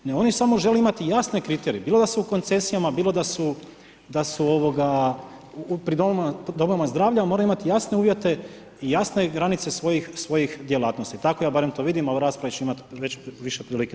Ne, oni samo žele imati jasne kriterije, bilo da su u koncesijama, bilo da su u domovima zdravlja ali moraju imati jasne uvjete i jasne granice svojih djelatnosti, tako ja barem to vidim a u raspravi ću imati više prilike to reći.